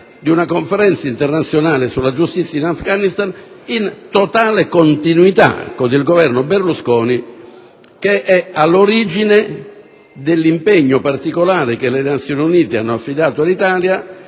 di una Conferenza internazionale sulla giustizia in Afghanistan in totale continuità con il Governo Berlusconi, che è all'origine dell'impegno particolare che le Nazioni Unite hanno affidato all'Italia